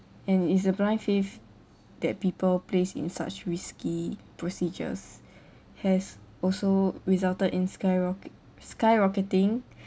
and it's the blind faith that people place in such risky procedures has also resulted in skyrock~ skyrocketing